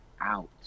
out